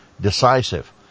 decisive